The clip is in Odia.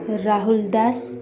ରାହୁଲ ଦାସ୍